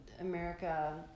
America